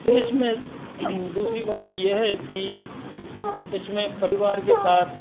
फिर इसमें दूसरी बात ये है कि इसमें परिवार के साथ